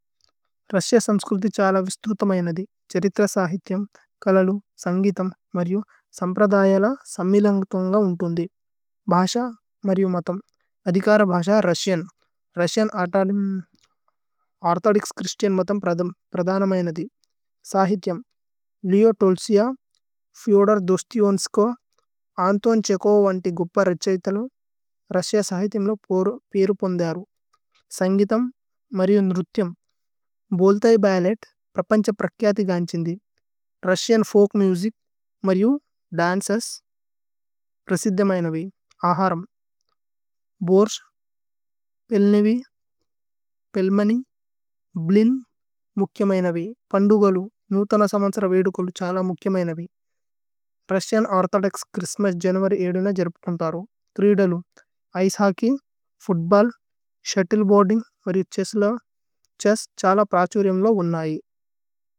Russia സമ്സ്ക്രുതി ഛല വിസ്ത്രുതമൈനധി ഛരിത്ര। സഹിഥ്യമ് കലലു സന്ഗീതമ് മര്യു സമ്പ്രദയല। സമിലന്ഗ്ഥോന്ഗ ഉന്തുന്ധി ഭാശ മര്യു മഥമ്। അധികര ഭാശ രുസ്സിഅന് രുസ്സിഅന് ഓര്ഥോദോക്സ്। ഛ്രിസ്തിഅന് മഥമ് പ്രധനമൈനധി। സഹിഥ്യമ് Leo Tolstoy .Fyodor Dostoevsky Anton. Chekhov വന്തി ഗുപ്പ രഛൈതലു രുസ്സിഅ സഹിഥ്യമ്। ലോ പേരുപോന്ദരു സന്ഗീതമ് മര്യു ന്രുഥ്യമ് ബോല്തൈ। ബലേത് പ്രപന്ഛ പ്രക്യഥി ഗന്ഛിന്ധി രുസ്സിഅന്। ഫോല്ക് മുസിച് മര്യു ദന്ചേസ് പ്രസിധ്യമൈനവി ആഹരമ്। ബോര്ശ്, പേല്നേവി, പേല്മനി, ബ്ലിന് മുഖ്യമൈനവി। പന്ദുഗലു നൂഥന സമന്സര വേദുകലു ഛല। മുഖ്യമൈനവി രുസ്സിഅന് ഓര്ഥോദോക്സ് ഛ്ഹ്രിസ്ത്മസ്। ജനുഅര്യ് ക്രീദലു ഇചേ hockey football shuttle. Boarding chess ഛല പ്രഛുരിയമ് ലോ ഉന്നയി।